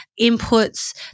inputs